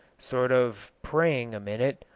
sort of praying a minute,